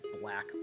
black